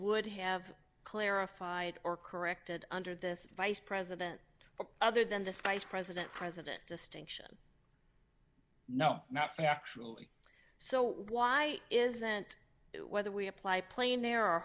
would have clarified or corrected under this vice president but other than this vice president president distinction no not factually so why isn't whether we apply plain there are